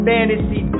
Fantasy